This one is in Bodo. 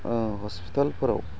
हस्पिटालफोराव